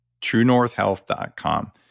TrueNorthHealth.com